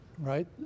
Right